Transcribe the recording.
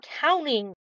counting